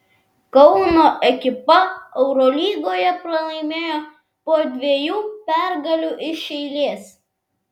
kauno ekipa eurolygoje pralaimėjo po dviejų pergalių iš eilės